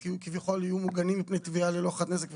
כביכול יהיו מוגנים מפני תביעה ללא נזק וכולי.